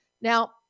Now